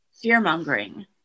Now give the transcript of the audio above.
fear-mongering